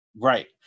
Right